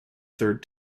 third